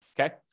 Okay